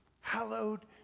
hallowed